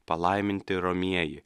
palaiminti romieji